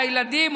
לילדים,